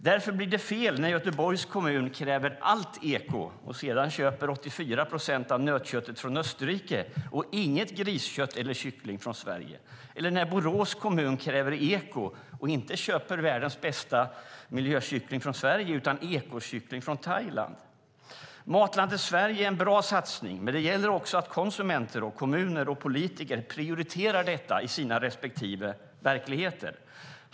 Därför blir det fel när Göteborgs kommun kräver att allt ska vara eko men sedan köper 84 procent av nötköttet från Österrike och inget griskött och ingen kyckling från Sverige, eller när Borås kommun kräver eko men inte köper världens bästa miljökyckling från Sverige utan ekokyckling från Thailand. Matlandet Sverige är en bra satsning, men det gäller också att konsumenter, kommuner och politiker prioriterar detta i sina respektive verkligheter.